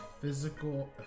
physical